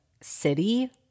city